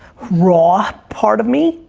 raw part of me,